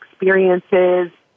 experiences